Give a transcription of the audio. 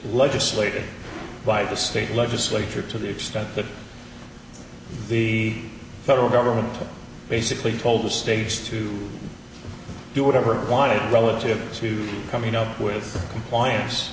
legislated by the state legislature to the extent that the federal government basically told the stage to do whatever it wanted relative to coming up with compliance